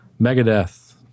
Megadeth